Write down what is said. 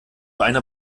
einer